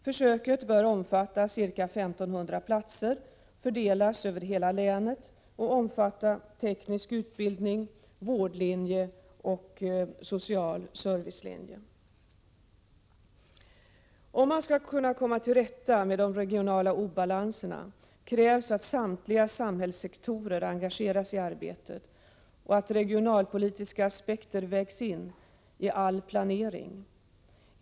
Försöket bör omfatta ca 1 500 platser fördelade över hela länet samt inkludera teknisk utbildning, vårdlinje och social servicelinje. För att kunna komma till rätta med de regionala obalanserna krävs att samtliga samhällssektorer engageras i arbetet och att regionalpolitiska aspekter vägs in i all planering.